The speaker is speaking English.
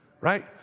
Right